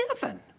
heaven